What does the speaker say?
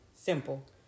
Simple